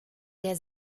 der